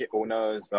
owners